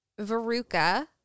Veruca